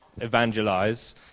evangelize